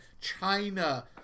china